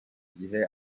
gihe